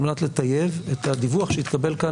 על מנת לטייב את הדיווח שהתקבל כאן